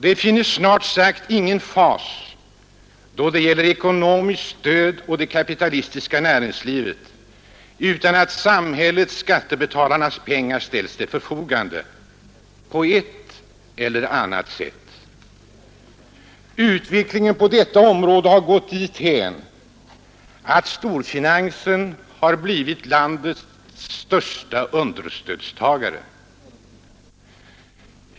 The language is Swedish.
Det finns snart sagt ingen form av ekonomiskt stöd åt det kapitalistiska näringslivet, genom vilken samhället-skattebetalarnas pengar inte ställs till förfogande på ett eller annat sätt. Utvecklingen på detta område har gått dithän att storfinansen har blivit landets största understödstagare.